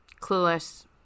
Clueless